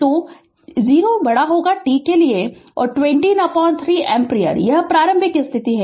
तो t 0 के लिए 203 एम्पीयर यह प्रारंभिक स्थिति है